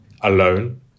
alone